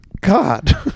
God